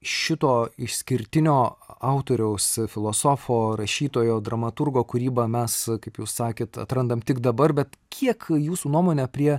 šito išskirtinio autoriaus filosofo rašytojo dramaturgo kūrybą mes kaip jūs sakėt atrandam tik dabar bet kiek jūsų nuomone prie